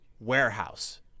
warehouse